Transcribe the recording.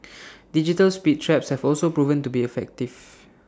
digital speed traps have also proven to be effective